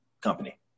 company